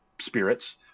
spirits